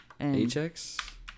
H-X